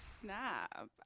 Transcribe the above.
snap